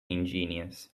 ingenious